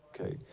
Okay